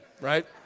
right